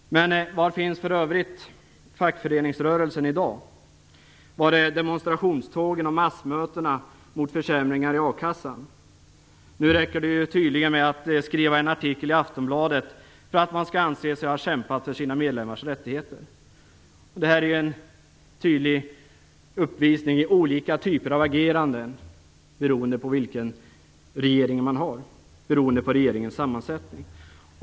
Var finns för övrigt fackföreningsrörelsen i dag? Var är demonstrationstågen och massmötena mot försämringar i a-kassan? Nu räcker det tydligen med att skriva en artikel i Aftonbladet för att man skall anse sig ha kämpat för sina medlemmars rättigheter. Det här är en tydlig uppvisning i olika typer av ageranden beroende på regeringens sammansättning.